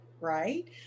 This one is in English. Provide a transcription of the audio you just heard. right